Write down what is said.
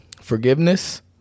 forgiveness